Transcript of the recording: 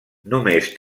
només